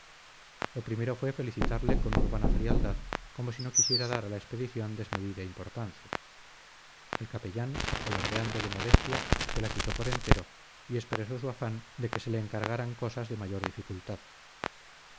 lo primero fue felicitarle con urbana frialdad como si no quisiera dar a la expedición desmedida importancia el capellán alardeando de modestia se la quitó por entero y expresó su afán de que se le encargaran cosas de mayor dificultad